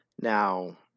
Now